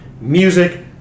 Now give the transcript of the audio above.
Music